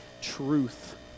truth